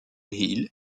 hill